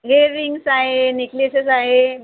ह्येर rings आहे necklaces आहे